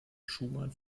schumann